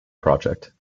project